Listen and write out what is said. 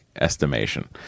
estimation